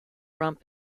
rump